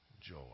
joy